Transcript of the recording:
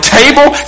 table